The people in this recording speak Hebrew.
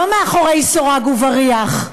לא מאחורי סורג ובריח,